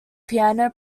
piano